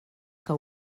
que